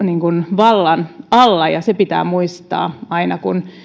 vallan alla se pitää muistaa aina kun